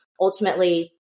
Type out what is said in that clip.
ultimately